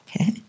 Okay